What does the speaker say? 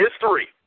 history